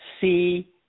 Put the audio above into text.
C-